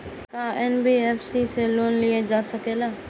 का एन.बी.एफ.सी से लोन लियल जा सकेला?